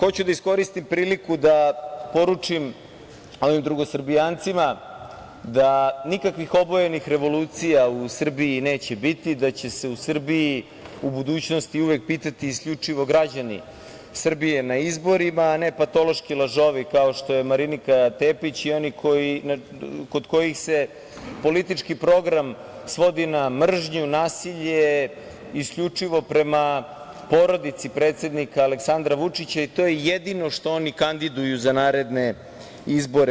Hoću da iskoristim priliku da poručim ovim drugosrbijancima da nikakvih obojenih revolucija u Srbiji neće biti, da će se u Srbiji u budućnosti uvek pitati isključivo građani Srbije na izborima, a ne patološki lažovi, kao što je Marinika Tepić i oni kod kojih se politički program svodi na mržnju, nasilje, isključivo prema porodici predsednika Aleksandra Vučća, i to je jedino što oni kandiduju za naredne izbore.